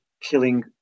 killing